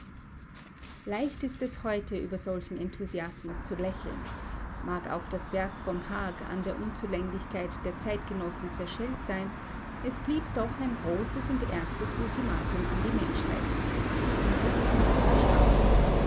leicht ist es heute über solchen enthusiasmus zu lächeln mag auch das werk vom haag an der unzulänglichkeit der zeitgenossen zerschellt sein es blieb doch ein großes und ernstes ultimatum an die menschheit man hat es nicht verstanden